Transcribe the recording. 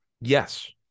Yes